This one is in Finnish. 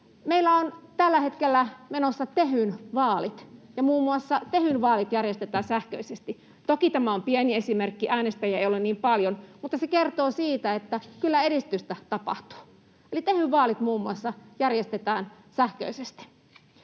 Meillä on tällä hetkellä menossa Tehyn vaalit — ja muun muassa Tehyn vaalit järjestetään sähköisesti. Toki tämä on pieni esimerkki, äänestäjiä ei ole niin paljon, mutta se kertoo siitä, että kyllä edistystä tapahtuu. Eli muun muassa Tehyn vaalit järjestetään sähköisesti.